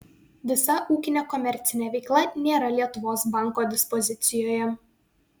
visa ūkinė komercinė veikla nėra lietuvos banko dispozicijoje